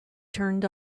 turned